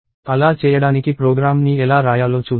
అలా చేయడానికి ప్రోగ్రామ్ ని ఎలా రాయాలో చూద్దాం